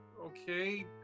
okay